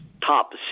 top